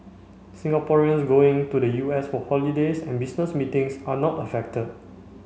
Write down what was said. Singaporeans going to the U S for holidays and business meetings are not affected